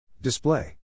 Display